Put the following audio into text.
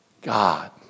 God